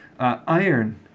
Iron